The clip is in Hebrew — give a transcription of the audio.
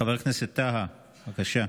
חבר הכנסת טאהא, בבקשה.